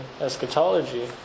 eschatology